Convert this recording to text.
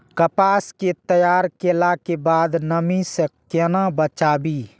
कपास के तैयार कैला कै बाद नमी से केना बचाबी?